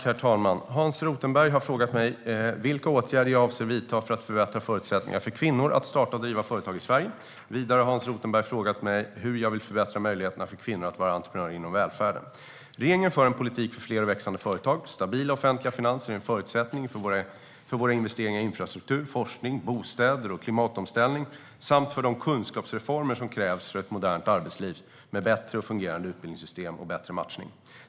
Herr talman! Hans Rothenberg har frågat mig vilka åtgärder jag avser att vidta för att förbättra förutsättningarna för kvinnor att starta och driva företag i Sverige. Vidare har Hans Rothenberg frågat hur jag vill förbättra möjligheterna för kvinnor att vara entreprenörer inom välfärden. Regeringen för en politik för fler och växande företag. Stabila offentliga finanser är en förutsättning för våra investeringar i infrastruktur, forskning, bostäder och klimatomställning samt för de kunskapsreformer som krävs för ett modernt arbetsliv med ett bättre fungerande utbildningssystem och bättre matchning.